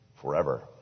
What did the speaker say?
forever